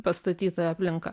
pastatyta aplinka